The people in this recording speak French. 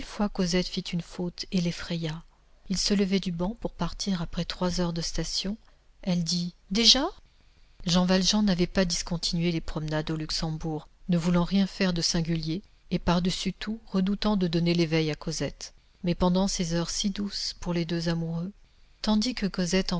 cosette fit une faute et l'effraya il se levait du banc pour partir après trois heures de station elle dit déjà jean valjean n'avait pas discontinué les promenades au luxembourg ne voulant rien faire de singulier et par-dessus tout redoutant de donner l'éveil à cosette mais pendant ces heures si douces pour les deux amoureux tandis que cosette